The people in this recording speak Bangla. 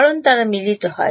কারণ তারা মিলিত হয়